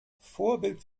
vorbild